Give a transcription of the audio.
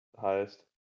highest